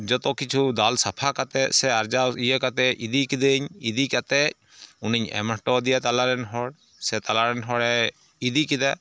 ᱡᱚᱛᱚ ᱠᱤᱪᱷᱩ ᱫᱟᱞ ᱥᱟᱯᱷᱟ ᱠᱟᱛᱮ ᱥᱮ ᱟᱨᱡᱟᱣ ᱤᱭᱟᱹ ᱠᱟᱛᱮ ᱤᱫᱤ ᱠᱤᱫᱟᱹᱧ ᱤᱫᱤ ᱠᱟᱛᱮ ᱩᱱᱤᱧ ᱮᱢᱚᱴᱚ ᱟᱫᱮᱭᱟ ᱛᱟᱞᱟᱨᱮᱱ ᱦᱚᱲ ᱥᱮ ᱛᱟᱞᱟᱨᱮᱱ ᱦᱚᱲᱮ ᱤᱫᱤ ᱠᱮᱫᱟ